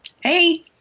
hey